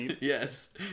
yes